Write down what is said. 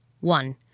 One